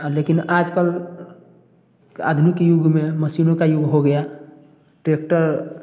लेकिन आज कल आधुनिक युग में मशीनों का युग हो गया ट्रैक्टर